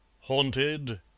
Haunted